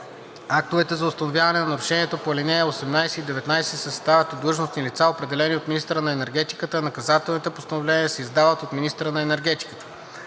Актовете за установяване на нарушението по ал. 18 и 19 се съставят от длъжностни лица, определени от министъра на енергетиката, а наказателните постановления се издават от министъра на енергетиката.